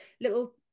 little